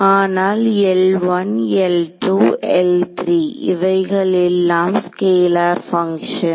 ஆனால் L1 L2 L3 இவைகள் எல்லாம் ஸ்கேலார் பங்க்ஷன்